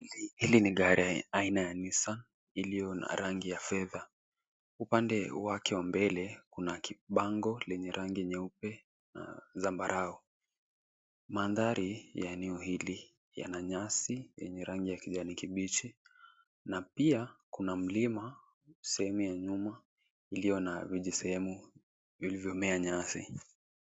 Hili ni aina ya Nissan iliyo na rangi ya fedha. Upande wake wa mbele kuna kibango lenye rangi nyeupe na zambarau. Mandhari ya eneo hili yana nyasi ya rangi ya kijani kibichi na pia, kuna mlima sehemu ya nyuma iliyo na vijisehemu vilivyomea nyasi.